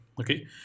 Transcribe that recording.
okay